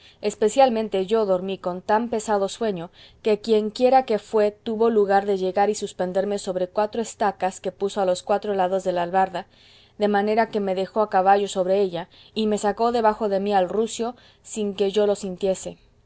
especialmente yo dormí con tan pesado sueño que quienquiera que fue tuvo lugar de llegar y suspenderme sobre cuatro estacas que puso a los cuatro lados de la albarda de manera que me dejó a caballo sobre ella y me sacó debajo de mí al rucio sin que yo lo